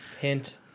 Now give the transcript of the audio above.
Hint